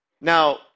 Now